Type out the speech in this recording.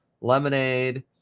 Lemonade